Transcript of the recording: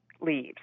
leaves